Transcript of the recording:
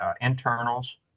internals